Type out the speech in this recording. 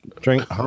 drink